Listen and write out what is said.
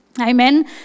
Amen